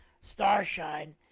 Starshine